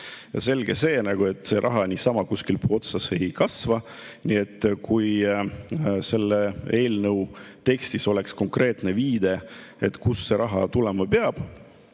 selge on, et see raha niisama kuskil puu otsas ei kasva. Kui selle eelnõu tekstis oleks konkreetne viide, kust see raha tulema peab